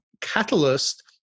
catalyst